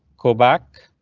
go back.